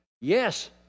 Yes